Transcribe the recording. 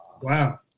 Wow